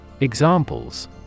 Examples